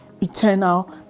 Eternal